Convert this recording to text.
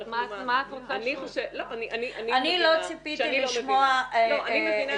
אני שואלת: מה את רוצה שהוא --- אני לא ציפית לשמוע תשובה.